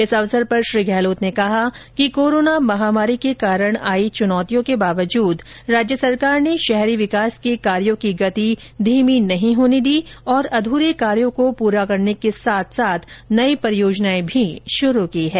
इस अवसर पर श्री गहलोत ने कहा कि कोरोना महामारी के कारण आई चुनौतियों के बावजूद राज्य सरकार ने शहरी विकास के कार्यों की गति धीमी नहीं होने दी और अधूरे कार्यों को पूरे करने साथ साथ नई परियोजनाएं भी शुरू की हैं